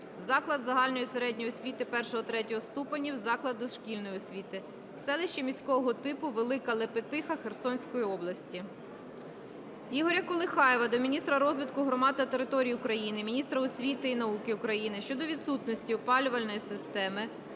"Заклад загальної середньої освіти І-ІІІ ступенів - заклад дошкільної освіти" в селищі міського типу Велика Лепетиха Херсонської області. Ігоря Колихаєва до міністра розвитку громад та територій України, міністра освіти і науки України щодо відсутності опалювальної системи